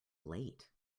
late